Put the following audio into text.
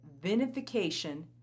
vinification